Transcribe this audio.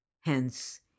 Hence